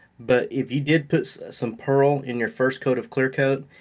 but if you did put some pearl in your first coat of clearcoat,